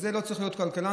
ולא צריך להיות כלכלן,